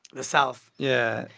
the south yeah.